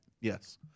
Yes